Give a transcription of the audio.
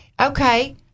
okay